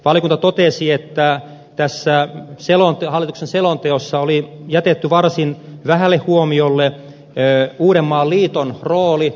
valiokunta totesi että tässä hallituksen selonteossa oli jätetty varsin vähälle huomiolle uudenmaan liiton rooli